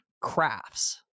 crafts